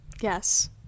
Yes